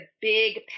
big